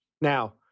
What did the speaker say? Now